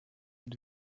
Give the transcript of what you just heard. êtes